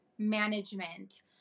Management